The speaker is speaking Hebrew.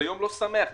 זה לא יום שמח לעובדים,